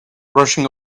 rushing